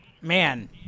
man